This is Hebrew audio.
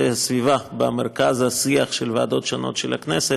הסביבה במרכז השיח של ועדות שונות של הכנסת,